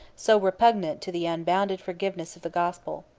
so repugnant to the unbounded forgiveness of the gospel.